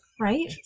Right